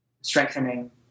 strengthening